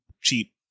cheap